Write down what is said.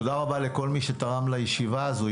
תודה רבה לכל מי שתרם לישיבה הזו.